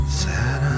sad